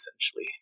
essentially